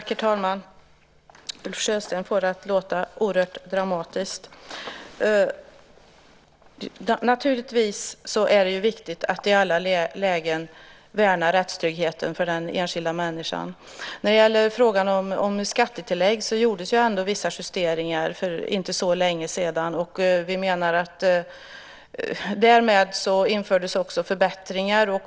Herr talman! Ulf Sjösten får det att låta oerhört dramatiskt. Det är naturligtvis viktigt att i alla lägen värna rättstryggheten för den enskilda människan. När det gäller frågan om skattetillägg gjordes ändå vissa justeringar för inte så länge sedan, och därmed infördes också förbättringar.